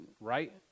right